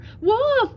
Wolf